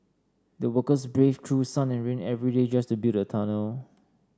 the workers braved through sun and rain every day just to build the tunnel